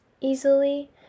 easily